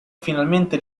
finalmente